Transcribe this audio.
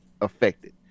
affected